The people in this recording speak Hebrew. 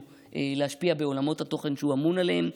להשפיע בעולמות התוכן שהוא אמון עליהם.